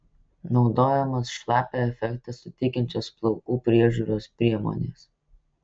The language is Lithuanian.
naudojamos šlapią efektą suteikiančios plaukų priežiūros priemonės